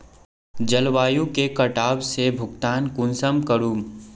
जलवायु के कटाव से भुगतान कुंसम करूम?